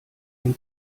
dem